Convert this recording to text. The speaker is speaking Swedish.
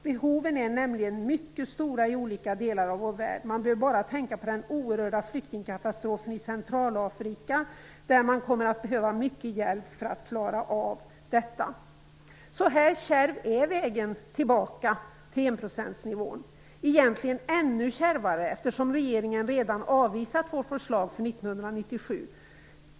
Behoven är nämligen mycket stora i olika delar av vår värld. Man behöver bara tänka på den oerhörda flyktingkatastrofen i Centralafrika. Där kommer man att behöva mycket hjälp. Så kärv är vägen tillbaka till enprocentsnivån. Egentligen är den ännu kärvare, eftersom regeringen redan avvisat vårt förslag för 1997.